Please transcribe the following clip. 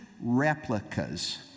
replicas